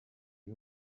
iyi